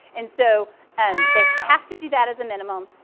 and so and they have to do that as a minimum,